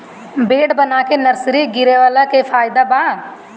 Bed बना के nursery गिरवले के का फायदा बा?